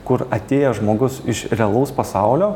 kur atėjęs žmogus iš realaus pasaulio